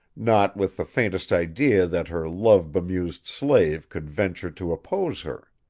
not with the faintest idea that her love-bemused slave could venture to oppose her.